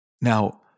Now